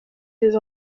des